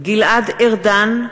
מצביע גלעד ארדן,